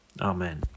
Amen